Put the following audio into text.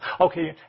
Okay